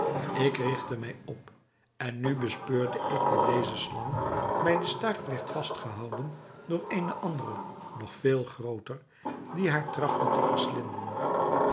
ik rigtte mij op en nu bespeurde ik dat deze slang bij den staart werd vastgehouden door eene andere nog veel grooter die haar trachtte te verslinden